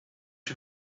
you